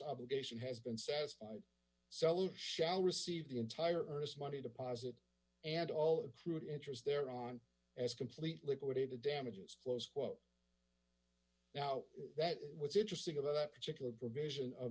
obligation has been satisfied seller shall receive the entire earnest money deposit and all accrued interest there on as complete liquidated damages close quote now that what's interesting about that particular provision of